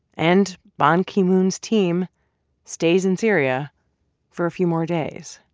and ban ki-moon's team stays in syria for a few more days.